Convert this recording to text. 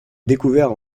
découverts